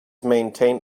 maintained